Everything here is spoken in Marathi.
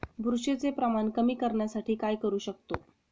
बुरशीचे प्रमाण कमी करण्यासाठी काय करू शकतो?